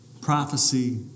prophecy